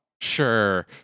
Sure